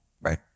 Right